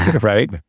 right